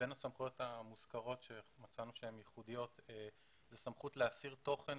בין הסמכויות המוזכרות שמצאנו שהן ייחודיות זו סמכות להסיר תוכן,